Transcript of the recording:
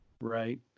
right